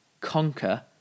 conquer